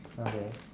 okay